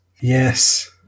Yes